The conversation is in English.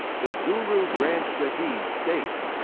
the guru granth sahib states